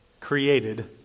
created